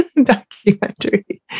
Documentary